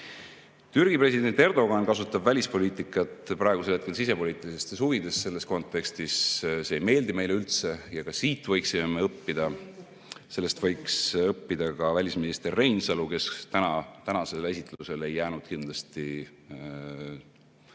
Türgi president Erdoğan kasutab välispoliitikat praegusel hetkel sisepoliitilistes huvides. Selles kontekstis see ei meeldi meile üldse ja ka siit me võiksime õppida. Sellest võiks õppida ka välisminister Reinsalu, kes tänasel esitlusel ei jäänud kindlasti talle